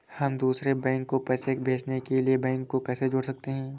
हम दूसरे बैंक को पैसे भेजने के लिए बैंक को कैसे जोड़ सकते हैं?